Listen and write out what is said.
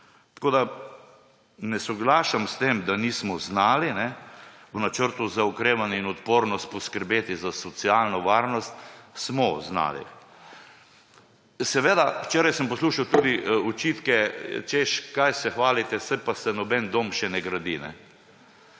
pol. Ne soglašam s tem, da nismo znali v načrtu za okrevanje in odpornost poskrbeti za socialno varnost. Smo znali. Včeraj sem poslušal tudi očitke, češ, kaj se hvalite, saj se noben dom še ne gradi.